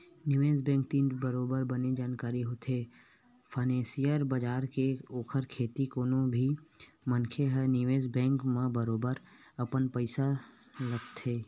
निवेस बेंक तीर बरोबर बने जानकारी होथे फानेंसियल बजार के ओखर सेती कोनो भी मनखे ह निवेस बेंक म बरोबर अपन पइसा लगाथे